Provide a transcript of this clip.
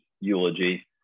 eulogy